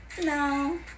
no